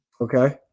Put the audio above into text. Okay